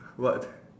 what